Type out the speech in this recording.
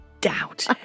doubt